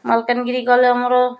ମାଲକାନଗିରି ଗଲେ ଆମର